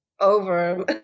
over